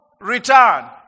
return